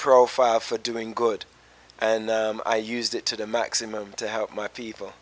profile for doing good and i used it to the maximum to help my people